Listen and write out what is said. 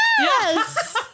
yes